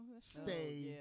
stay